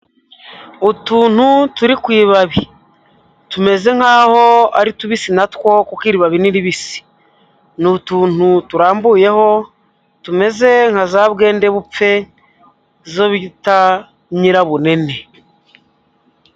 Utuntu turi ku ibabi, tumeze nk'aho ari tubisi na two, kuko iri babi ni ribisi, ni utuntu turambuyeho, tumeze nka za bwende bupfe izo bita nyirabunene.